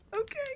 Okay